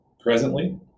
presently